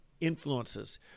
influences